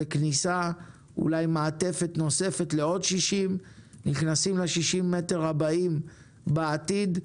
אולי מעטפת נוספת לעוד 60. נכנסים ל-60 מטר הבאים בעתיד,